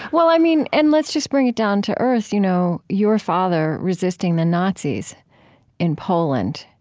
well, i mean, and let's just bring it down to earth. you know your father, resisting the nazi's in poland,